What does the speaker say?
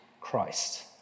Christ